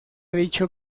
dicho